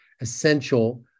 essential